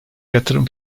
yatırım